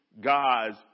God's